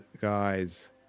guys